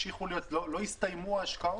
ההשקעות לא יסתיימו?